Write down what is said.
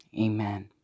Amen